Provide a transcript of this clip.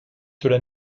cela